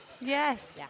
Yes